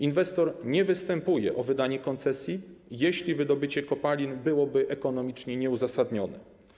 Inwestor nie występuje o wydanie koncesji, jeśli wydobycie kopalin byłoby ekonomicznie nieuzasadnione.